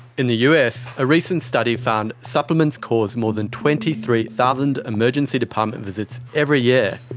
in the us, a recent study found supplements cause more than twenty three thousand emergency department visits every year.